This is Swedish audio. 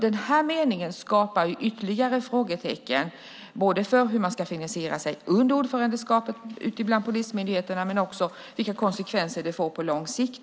Den här meningen skapar ytterligare frågetecken om hur man ska finansiera sig under ordförandeskapet bland polismyndigheterna men också om vilka konsekvenser det får på lång sikt.